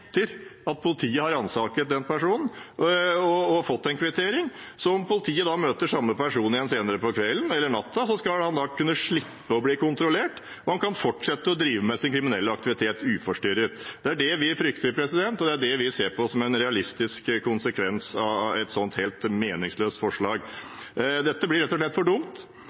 at politiet har ransaket den personen og gitt en kvittering. Om politiet da møter den samme personen igjen senere på kvelden eller natten, skal han da kunne slippe å bli kontrollert, og han kan fortsette å drive sin kriminelle aktivitet uforstyrret. Det er det vi frykter, og det er det vi ser på som en realistisk konsekvens av et sånt helt meningsløst forslag. Dette blir rett og slett for dumt.